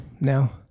no